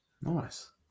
Nice